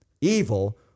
evil